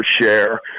share